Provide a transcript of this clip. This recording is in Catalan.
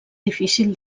difícil